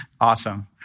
Awesome